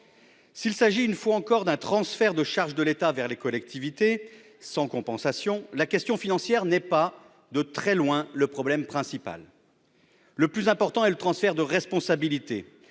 S'il s'agit, une fois encore, d'un transfert de charges de l'État vers les collectivités, sans compensation, la question financière n'est pas, de très loin, le problème principal. Le plus important est le transfert de responsabilité